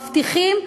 מבטיחים,